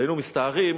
היינו מסתערים,